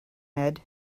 head